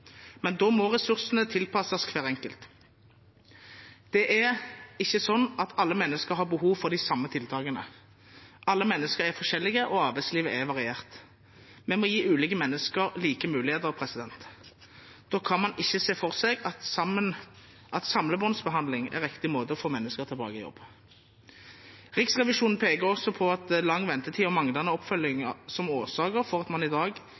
men da må ressursene tilpasses hver enkelt. Det er ikke slik at alle mennesker har behov for de samme tiltakene. Alle mennesker er forskjellige, og arbeidslivet er variert. Vi må gi ulike mennesker like muligheter. Da kan man ikke se for seg at samlebåndsbehandling er riktig måte å få mennesker tilbake i jobb på. Riksrevisjonen peker også på lang ventetid og manglende oppfølging som årsaker til at man i dag